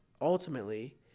ultimately